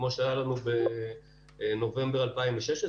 כמו שהיה לנו בנובמבר 2016,